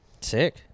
sick